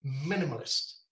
minimalist